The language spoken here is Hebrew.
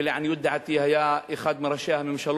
ולעניות דעתי הוא היה אחד מראשי הממשלה